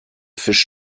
fisch